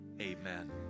amen